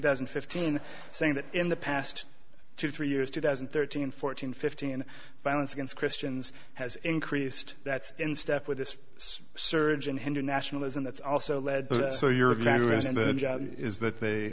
thousand and fifteen saying that in the past two three years two thousand and thirteen fourteen fifteen violence against christians has increased that's in step with this surge in hindu nationalism that's also led so your of is that they